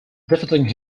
defeating